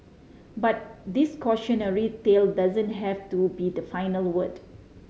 but this cautionary tale doesn't have to be the final word